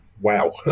wow